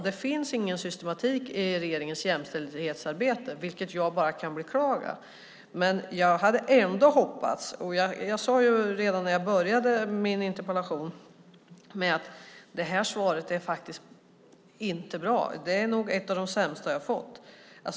Det finns ingen systematik i regeringens jämställdhetsarbete, vilket jag bara kan beklaga. Jag sade redan i början av den här debatten att det här svaret inte är bra. Det är nog ett av de sämsta jag har fått.